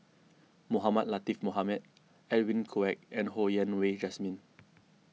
Mohamed Latiff Mohamed Edwin Koek and Ho Yen Wah Jesmine